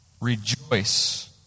rejoice